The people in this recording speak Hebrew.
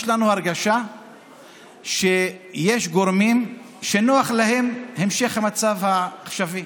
יש לנו הרגשה שיש גורמים שנוח להם המשך המצב העכשווי,